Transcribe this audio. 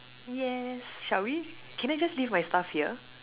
yes shall we can I just leave my stuff here